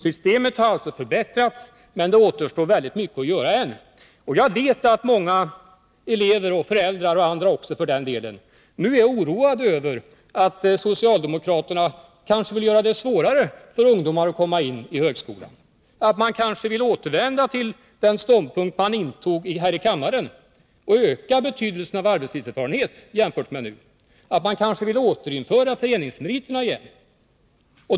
Systemet har alltså förbättrats, men det återstår ännu väldigt mycket att göra. Jag vet att många elever, föräldrar och andra nu är oroade över att socialdemokraterna kanske vill göra det svårare för ungdomar att komma in i högskolan, att socialdemokraterna kanske vill återvända till den ståndpunkt de intog här i kammaren och öka betydelsen av arbetslivserfarenhet jämfört med nu, samt att de kanske vill återinföra föreningsmeriterna igen.